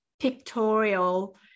pictorial